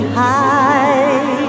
high